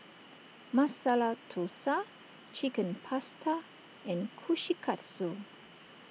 Masala Dosa Chicken Pasta and Kushikatsu